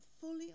fully